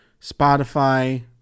Spotify